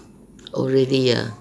oh really ah